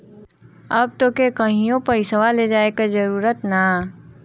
अब तोके कहींओ पइसवा ले जाए की जरूरत ना